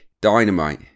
dynamite